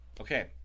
okay